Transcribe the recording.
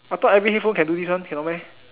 I thought every headphone can do this one cannot meh